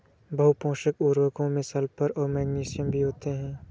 बहुपोषक उर्वरकों में सल्फर और मैग्नीशियम भी होते हैं